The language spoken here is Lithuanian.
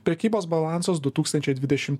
prekybos balansas du tūkstančiai dvidešim